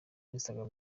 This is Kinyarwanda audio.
instagram